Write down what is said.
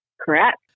Correct